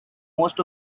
most